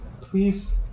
Please